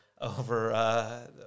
over